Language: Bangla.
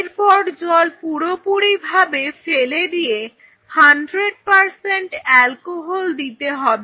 এরপর জল পুরোপুরিভাবে ফেলে দিয়ে 100 অ্যালকোহল দিতে হবে